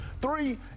Three